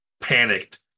panicked